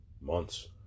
months